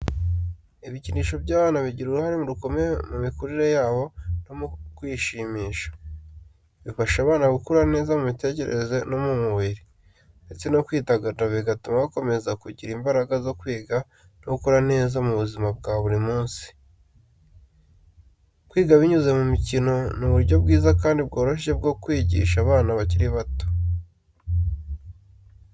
Ibikinisho by’abana bigira uruhare rukomeye mu mikurire yabo no mu kwishimisha. Bifasha abana gukura neza mu mitekerereze no mu mubiri, ndetse no kwidagadura bigatuma bakomeza kugira imbaraga zo kwiga no gukora neza mu buzima bwa buri munsi. Kwiga binyuze mu mikino ni uburyo bwiza kandi bworoshye bwo kwigisha abana bakiri bato.